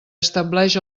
estableix